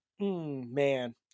Man